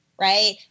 right